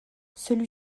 celui